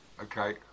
Okay